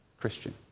Christian